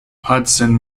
hudson